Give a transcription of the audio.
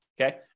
Okay